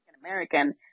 American